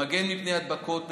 מגינות מפני הדבקות בקורונה,